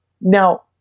Now